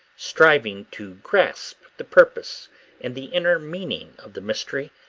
striving to grasp the purpose and the inner meaning of the mystery.